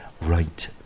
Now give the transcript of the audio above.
right